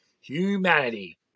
humanity